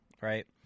right